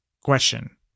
question